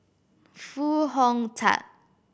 Foo Hong Tatt